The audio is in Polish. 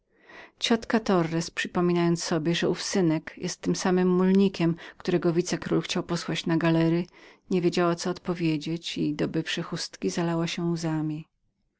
ciotka torres przypominając sobie że ten synek był tym samym mulnikiem którego wicekról przed godziną chciał posłać na galery nie wiedziała co odpowiedzieć i dobywszy chustki zalała się łzami